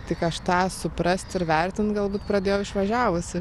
tik aš tą suprast ir vertint galbūt pradėjau išvažiavusi